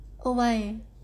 oh my